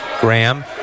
Graham